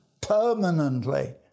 permanently